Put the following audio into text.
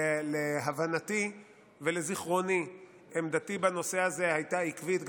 ולהבנתי ולזיכרוני עמדתי בנושא הזה הייתה עקבית,